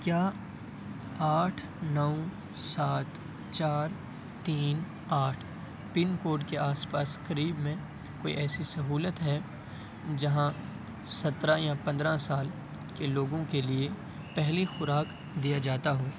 کیا آٹھ نو سات چار تین آٹھ پن کوڈ کے آس پاس قریب میں کوئی ایسی سہولت ہے جہاں ستراں یا پندراں سال کے لوگوں کے لیے پہلی خوراک دیا جاتا ہو